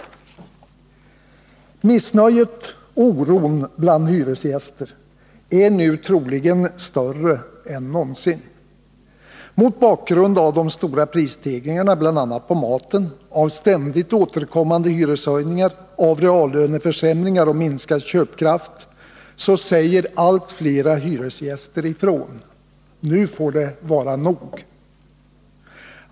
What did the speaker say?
Missnöjet och oron bland landets hyresgäster är nu troligen större än någonsin. Mot bakgrund av de stora prisstegringarna bl.a. på maten, ständigt återkommande hyreshöjningar, reallöneförsämringar och minskad köpkraft säger allt flera hyresgäster ifrån: Nu får det vara nog!